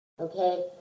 Okay